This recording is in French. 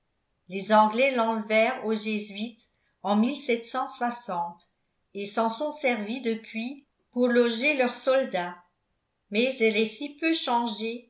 les anglais l'enlevèrent aux jésuites en et s'en sont servis depuis pour loger leurs soldats mais elle est si peu changée